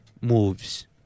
moves